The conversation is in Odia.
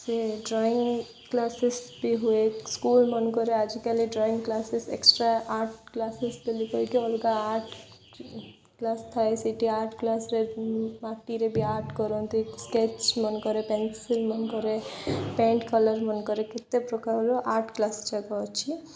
ସେ ଡ୍ରଇଂ କ୍ଲାସେସ୍ ବି ହୁଏ ସ୍କୁଲ ମନକରେ ଆଜିକାଲି drawing classes extra art classes ବୋଲି କହିକି ଅଲଗା ଆର୍ଟ କ୍ଲାସ୍ ଥାଏ ସେଠି ଆର୍ଟ କ୍ଲାସରେ ମାଟିରେ ବି ଆର୍ଟ କରନ୍ତି ସ୍କେଚ୍ ମନକରେ ପେନସିଲ୍ ମନକରେ ପେଣ୍ଟ କଲର୍ ମନକରେ କେତେ ପ୍ରକାରର ଆର୍ଟ କ୍ଲାସ୍ ଯାକ ଅଛି